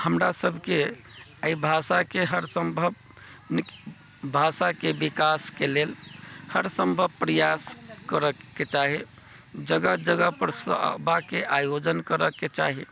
हमरा सभके एहि भाषाकेँ हर सम्भव भाषाके विकासके लेल हर सम्भव प्रयास करऽके चाही जगह जगह परसँ वाक आयोजन करबाके चाही